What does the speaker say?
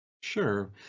Sure